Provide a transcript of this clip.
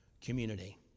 community